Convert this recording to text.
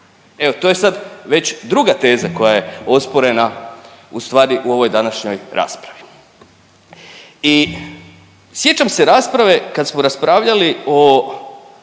Evo to je sad već druga teza koja je osporena u stvari u ovoj današnjoj raspravi i sjećam se rasprave kad smo raspravljali o